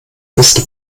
beste